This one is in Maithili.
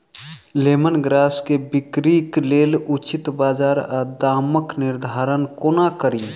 लेमन ग्रास केँ बिक्रीक लेल उचित बजार आ दामक निर्धारण कोना कड़ी?